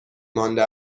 مانده